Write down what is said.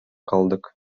калдык